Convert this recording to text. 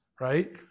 right